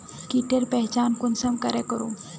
कीटेर पहचान कुंसम करे करूम?